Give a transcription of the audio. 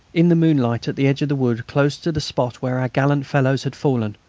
in the moonlight, at the edge of the wood close to the spot where our gallant fellows had fallen,